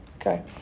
okay